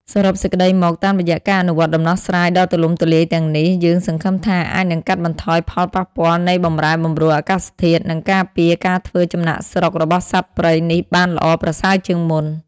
សរុបសេចក្ដីមក តាមរយៈការអនុវត្តដំណោះស្រាយដ៏ទូលំទូលាយទាំងនេះ យើងសង្ឃឹមថាអាចនឹងកាត់បន្ថយផលប៉ះពាល់នៃបម្រែបម្រួលអាកាសធាតុ និងការពារការធ្វើចំណាកស្រុករបស់សត្វព្រៃនេះបានល្អប្រសើរជាងមុន។